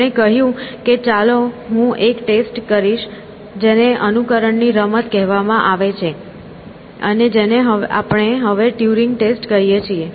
તેમણે કહ્યું કે ચાલો હું એક ટેસ્ટ કહીશ જેને અનુકરણની રમત કહેવામાં આવે છે અને જેને આપણે હવે ટ્યુરિંગ ટેસ્ટ કહીએ છીએ